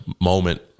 moment